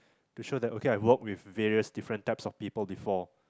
to show that okay I worked with various different type of people before